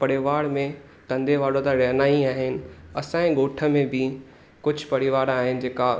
परिवार में धंधे वारा त रहिंदा ई आहिनि असांजे गोठु में बि कुझु परिवार आहे जेका